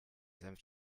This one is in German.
senf